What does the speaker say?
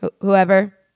whoever